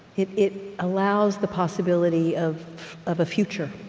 it it allows the possibility of of a future,